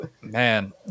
man